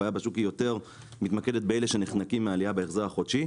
הבעיה בשוק היא יותר מתמקדת באלה שנחנקים מהעלייה בהחזר החודשי,